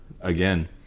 again